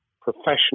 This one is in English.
professional